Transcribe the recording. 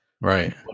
Right